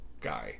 guy